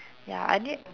ya I need